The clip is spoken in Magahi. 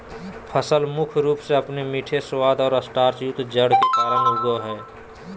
फसल मुख्य रूप से अपने मीठे स्वाद और स्टार्चयुक्त जड़ के कारन उगैय हइ